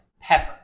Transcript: pepper